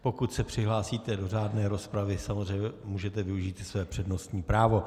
Pokud se přihlásíte do řádné rozpravy, samozřejmě můžete využít i své přednostní právo.